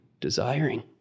desiring